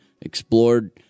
explored